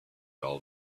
all